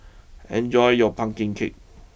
enjoy your Pumpkin Cake